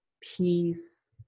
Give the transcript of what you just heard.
peace